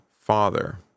Father